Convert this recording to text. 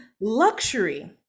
luxury